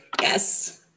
Yes